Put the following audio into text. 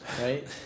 Right